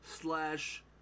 slash